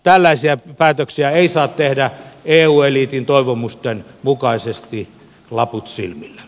tällaisia päätöksiä ei saa tehdä eu eliitin toivomusten mukaisesti laput silmillä